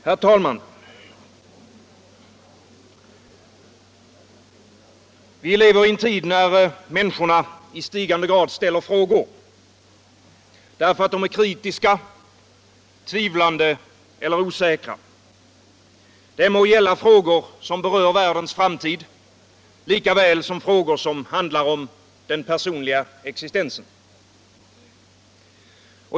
Herr talman! Vi lever i en tid när människorna i stigande grad ställer frågor — därför att de är kritiska, tvivlande eller osäkra. Det kan gälla frågor som berör världens framtid lika väl som frågor om den personliga existensen.